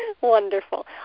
Wonderful